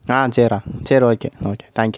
ஆ சேர்றா சரி okay okay thank you